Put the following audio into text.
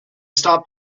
stop